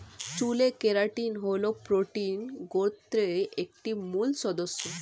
চুলের কেরাটিন হল প্রোটিন গোত্রের একটি মূল সদস্য